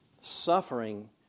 Suffering